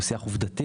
הוא שיח עובדתי.